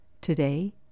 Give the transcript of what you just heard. today